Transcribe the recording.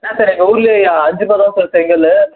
என்ன சார் எங்கள் ஊர்லேயே அஞ்சுருவாதான் சார் செங்கல்